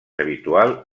habitual